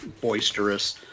boisterous